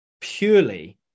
purely